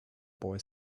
boy